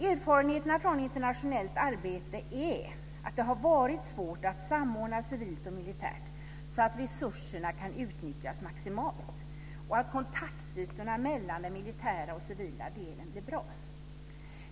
Erfarenheterna från internationellt arbete är att det har varit svårt att samordna civilt och militärt, så att resurserna kan utnyttjas maximalt och så att kontaktytorna mellan den militära och civila delen blir bra.